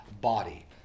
body